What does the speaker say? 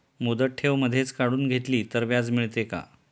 मुदत ठेव मधेच काढून घेतली तर व्याज मिळते का?